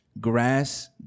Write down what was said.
grass